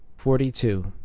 forty two.